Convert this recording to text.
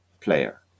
player